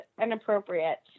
inappropriate